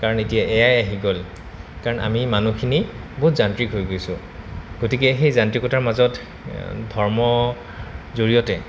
কাৰণ এতিয়া A I আহি গ'ল কাৰণ আমি মানুহখিনি বহুত যান্ত্ৰিক হৈ গৈছোঁ গতিকে সেই যান্ত্ৰিকতাৰ মাজত ধৰ্মৰ জৰিয়তে